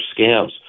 scams